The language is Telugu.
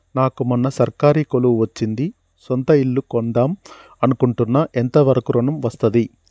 నాకు మొన్న సర్కారీ కొలువు వచ్చింది సొంత ఇల్లు కొన్దాం అనుకుంటున్నా ఎంత వరకు ఋణం వస్తది?